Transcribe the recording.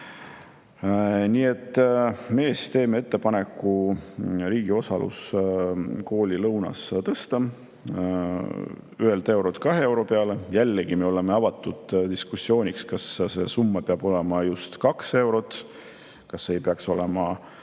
Nii et me teeme ettepaneku riigi osalus koolilõuna eest maksmisel tõsta 1 eurolt 2 euro peale. Jällegi, me oleme avatud diskussiooniks, kas see summa peab olema just 2 eurot, kas see ei peaks olema